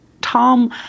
Tom